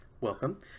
welcome